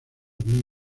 muy